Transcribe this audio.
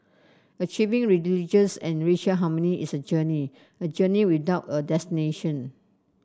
achieving religious and racial harmony is a journey a journey without a destination